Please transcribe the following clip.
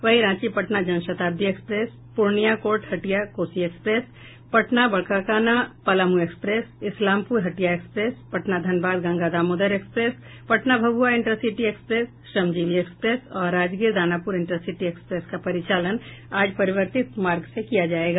वहीं Ranchi Patna Janshatabdi express Purnia court Hatia Kosi express Patna Barkakana Palamu express Islampur Hatia express Patna Dhanbad Ganga Damodar express Patna Bhabua intercity express Shramjeevi express और Rajgir Danapur intercity express का परिचालन आज परिवर्तित मार्ग से किया जायेगा